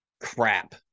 crap